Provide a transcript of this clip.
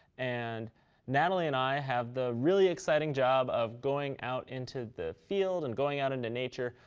and natalie and i have the really exciting job of going out into the field and going out into nature,